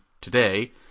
today